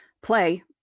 play